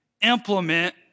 implement